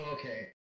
Okay